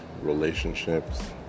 relationships